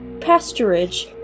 pasturage